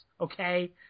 okay